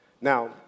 Now